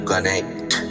connect